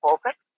perfect